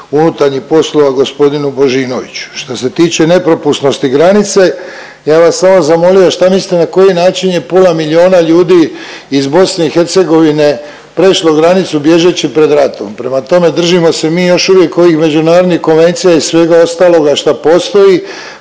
unutarnjih poslova g. Božinoviću. Šta se tiče nepropusnosti granice, ja bi vas samo zamolio šta mislite na koji način je pola miliona ljudi iz BiH prešlo granicu bježeći pred ratom? Prema tome, držimo se mi još uvijek ovih međunarodnih konvencija i svega ostaloga šta postoji.